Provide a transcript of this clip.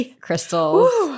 crystals